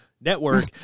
network